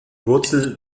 wurzel